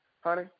honey